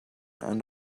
and